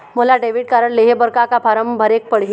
मोला debit card लेहे बर का का फार्म भरेक पड़ही?